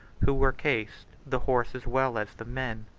who were cased, the horse as well as the men,